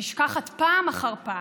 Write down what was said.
נשכחת פעם אחר פעם.